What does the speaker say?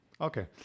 Okay